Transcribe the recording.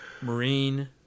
Marine